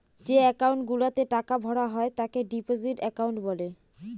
যে একাউন্ট গুলাতে টাকা ভরা হয় তাকে ডিপোজিট একাউন্ট বলে